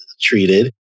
treated